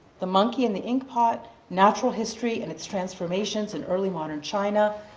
the monkey and the inkpot natural history and its transformations in early modern china,